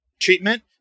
treatment